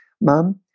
Mom